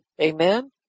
amen